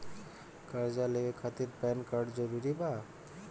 कर्जा लेवे खातिर पैन कार्ड जरूरी बा?